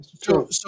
true